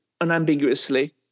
unambiguously